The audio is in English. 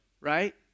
right